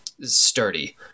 sturdy